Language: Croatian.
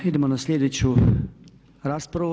Idemo na sljedeću raspravu.